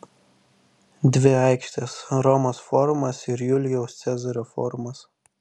dvi aikštės romos forumas ir julijaus cezario forumas